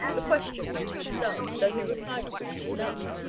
the question made him start, though he replied quickly enough,